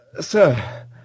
Sir